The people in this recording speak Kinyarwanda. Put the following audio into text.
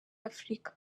afurika